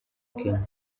kenya